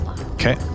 Okay